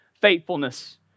faithfulness